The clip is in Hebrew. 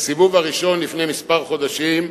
בסיבוב הראשון, לפני חודשים מספר,